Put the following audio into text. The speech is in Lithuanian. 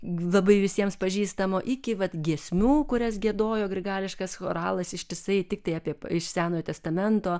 labai visiems pažįstamo iki pat giesmių kurias giedojo grigališkas choralas ištisai tiktai apie iš senojo testamento